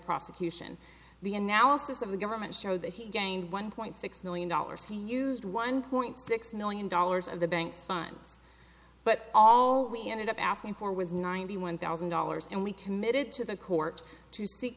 prosecution the analysis of the government show that he gained one point six million dollars he used one point six million dollars of the bank's funds but all we ended up asking for was ninety one thousand dollars and we committed to the court to s